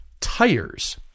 tires